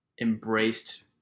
embraced